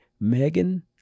Megan